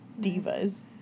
Divas